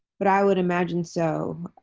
but i would imagine so.